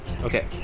Okay